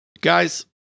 Guys